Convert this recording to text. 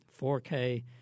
4K